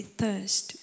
thirst